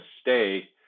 stay